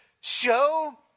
Show